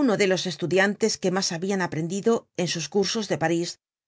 uno de los estudiantes que mas habian aprendido en sus cursos de parís